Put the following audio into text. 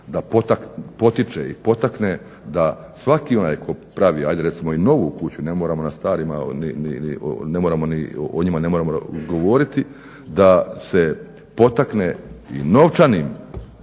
da potiče i potakne da svaki onaj tko pravi i novu kuću, ne moram na starima, o njima ne moramo govoriti, da se potakne i novčanim